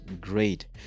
great